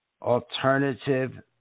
alternative